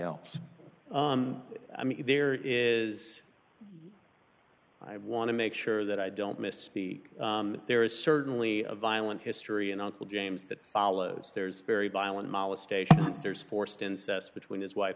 else i mean if there is i want to make sure that i don't miss the there is certainly a violent history and uncle james that follows there's very violent mala stations there's forced incest between his wife